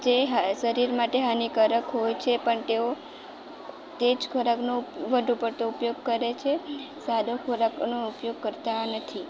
જે હા શરીર માટે હાનિકારક હોય છે પણ તેઓ તે જ ખોરાકનો વધુ પડતો ઉપયોગ કરે છે સાદો ખોરાકનો ઉપયોગ કરતા નથી